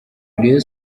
rayon